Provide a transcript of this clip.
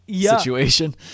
situation